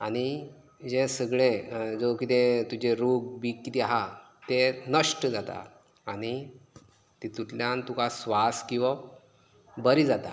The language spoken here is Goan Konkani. आनी हे सगळें जो कितें तुजे रोग बी कितें आहा ते नश्ट जाता आनी तितूंतल्यान तुका श्वास घेवप बरें जाता